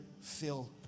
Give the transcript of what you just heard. fill